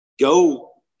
go